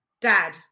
Dad